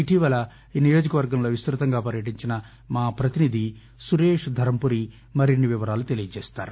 ఇటీవల ఈ నియోజక వర్గంలో విస్తృతంగా పర్యటించిన మా ప్రతినిధి సురేష్ ధర్మపురి మరిన్ని వివరాలు అందిస్తారు